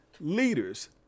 leaders